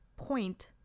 point